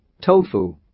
Tofu